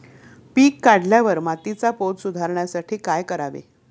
पीक काढल्यावर मातीचा पोत सुधारण्यासाठी काय करावे?